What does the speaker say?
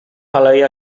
aleja